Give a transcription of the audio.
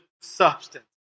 substance